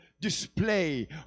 Display